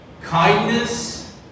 kindness